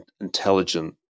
intelligent